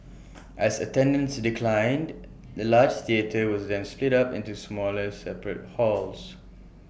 as attendance declined the large theatre was then split up into smaller separate halls